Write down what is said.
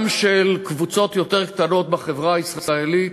גם של קבוצות יותר קטנות בחברה הישראלית,